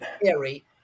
theory